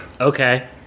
Okay